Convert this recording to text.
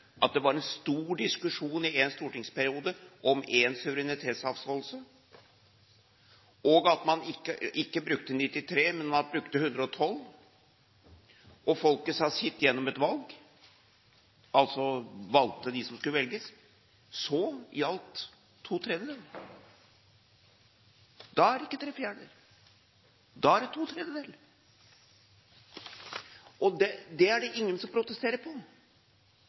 at det var en stor diskusjon i en stortingsperiode om en suverenitetsavståelse, og at man ikke brukte § 93, men at man brukte § 112, og folket sa sitt gjennom et valg, altså valgte de som skulle velges, så i alt to tredjedeler – da er det ikke tre fjerdedeler, da er det to tredjedeler. Det er det ingen som protesterer på.